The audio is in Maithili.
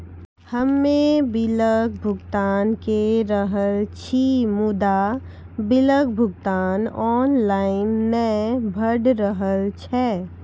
हम्मे बिलक भुगतान के रहल छी मुदा, बिलक भुगतान ऑनलाइन नै भऽ रहल छै?